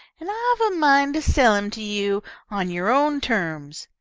and i've a mind to sell him to you on your own terms.